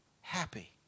happy